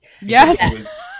yes